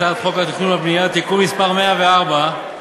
הצעת חוק התכנון והבנייה (תיקון מס' 104),